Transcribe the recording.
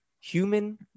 human